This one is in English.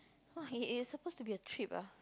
what it it suppose to be a trip ah